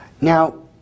Now